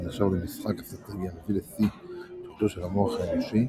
נחשב למשחק אסטרטגיה המביא לשיא את יכולתו של המוח האנושי,